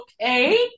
Okay